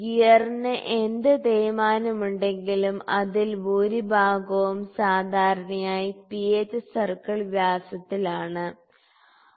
ഗിയറിന് എന്ത് തേയ്മാനം ഉണ്ടെങ്കിലും അതിൽ ഭൂരിഭാഗവും സാധാരണയായി പിച്ച് സർക്കിൾ വ്യാസത്തിൽ ആണ്